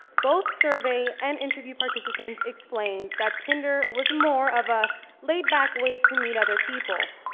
both survey and interview participants explained that tinder was more of a laid back way to meet other people.